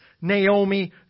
Naomi